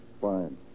Fine